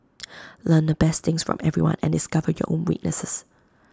learn the best things from everyone and discover your own weaknesses